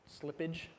slippage